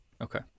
Okay